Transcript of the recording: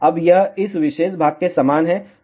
अब यह इस विशेष भाग के समान है